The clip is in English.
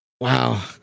Wow